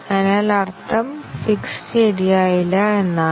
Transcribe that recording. അതിനാൽ അർത്ഥം ഫിക്സ് ശരിയായില്ല എന്നാണ്